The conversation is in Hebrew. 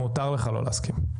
מותר לך לא להסכים.